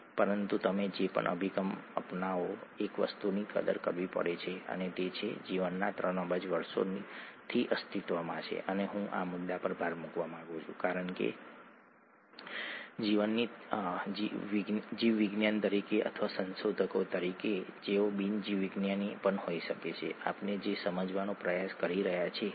તેથી એક પરની એડિનિન બીજાના થાઇમાઇન સાથે જોડાશે અને તેને એક સાથે ખેંચશે વગેરે વગેરે cytosine adenine thymine guanine cytosine જોડાણ સાથે એક જોડીનું ગુઆનાઇન અને આ જોડી ડીએનએના બેવડા સેરને હેલિકલ સ્ટ્રક્ચર આપે છે ઠીક છે